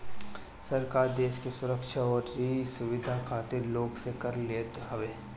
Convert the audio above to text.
सरकार देस के सुरक्षा अउरी सुविधा खातिर लोग से कर लेत हवे